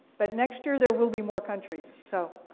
but next year there will be more countries. so